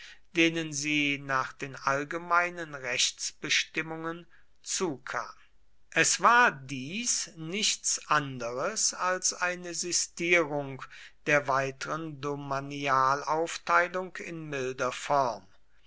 denen sie nach den allgemeinen rechtsbestimmungen zukam es war dies nichts anderes als eine sistierung der weiteren domanialaufteilung in milder form